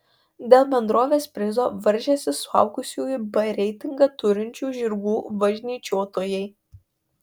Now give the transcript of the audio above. dėl bendrovės prizo varžėsi suaugusiųjų b reitingą turinčių žirgų važnyčiotojai